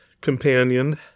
companion